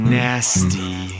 nasty